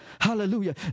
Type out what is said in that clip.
Hallelujah